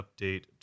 update